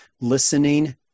listening